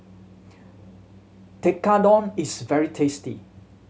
tekkadon is very tasty